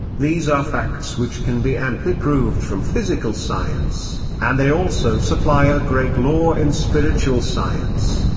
these are facts which can be amply proved from physical science and they also supply a great law in spiritual science,